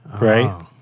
right